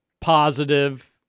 positive